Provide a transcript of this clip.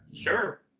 sure